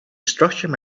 structure